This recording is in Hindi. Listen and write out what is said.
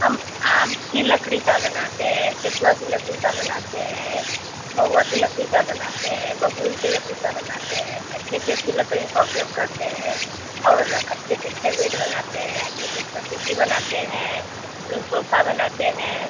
हम आम की लकड़ी का बनाते हैं सेखुआ की लकड़ी का बनाते हैं महुआ के लकड़ी का बनाते हैं बबूल के लकड़ी का बनाते हैं अच्छी से अच्छी लकड़ियों का उपयोग करते हैं और अच्छे से अच्छा बेड बनाते हैं अच्छे से अच्छा कुर्सी बनाते हैं सोफा बनाते हैं